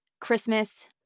Christmas